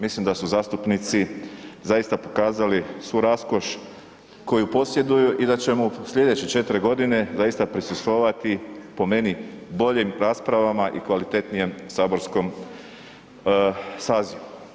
Mislim da su zastupnici zaista pokazali svu raskoš koju posjeduju i da ćemo u slijedeće 4 godine zaista prisustvovati, po meni, boljim raspravama i kvalitetnijem saborskom sazivu.